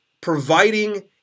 providing